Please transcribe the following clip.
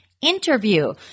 interview